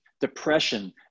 Depression